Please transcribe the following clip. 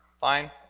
Fine